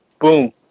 Boom